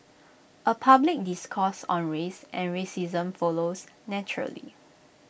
A public discourse on race and racism follows naturally